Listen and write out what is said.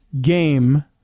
game